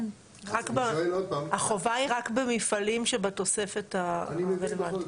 החובה היא רק במפעלים שבתוספת הרלוונטית.